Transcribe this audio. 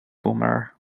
boomer